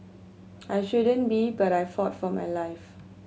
I shouldn't be but I fought for my life